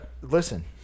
listen